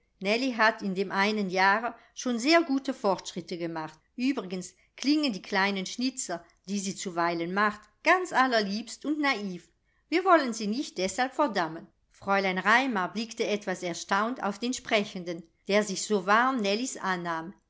hat in dem einen jahre schon sehr gute fortschritte gemacht uebrigens klingen die kleinen schnitzer die sie zuweilen macht ganz allerliebst und naiv wir wollen sie nicht deshalb verdammen fräulein raimar blickte etwas erstaunt auf den sprechenden der sich so warm nellies annahm